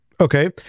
Okay